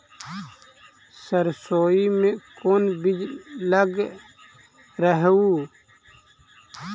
सरसोई मे कोन बीज लग रहेउ?